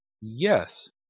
Yes